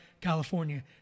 California